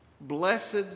blessed